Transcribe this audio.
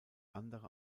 andere